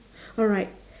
alright